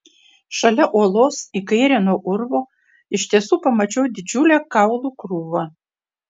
šalia uolos į kairę nuo urvo iš tiesų pamačiau didžiulę kaulų krūvą